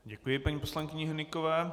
Děkuji paní poslankyni Hnykové.